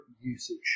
usage